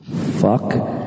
Fuck